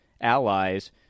allies